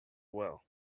well